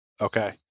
Okay